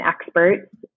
experts